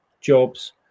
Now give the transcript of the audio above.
jobs